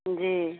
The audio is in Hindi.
जी